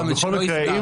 בכל מקרה,